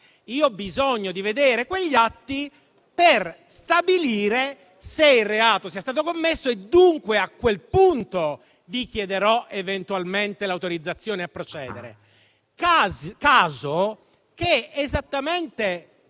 aver bisogno di vedere quegli atti per stabilire se il reato sia stato commesso e dunque, a quel punto, chiedere eventualmente l'autorizzazione a procedere,